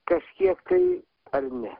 kažkiek tai ar ne